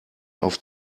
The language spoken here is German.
auf